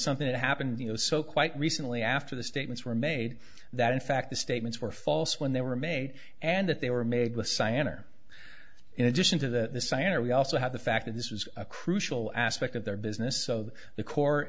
something that happened you know so quite recently after the statements were made that in fact the statements were false when they were made and that they were made with cyan or in addition to that the sander we also have the fact that this is a crucial aspect of their business so that the core